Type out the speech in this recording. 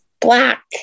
black